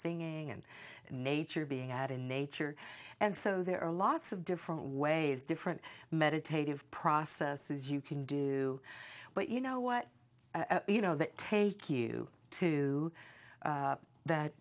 singing and nature being out in nature and so there are lots of different ways different meditative processes you can do but you know what you know that take you to that